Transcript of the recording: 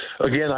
Again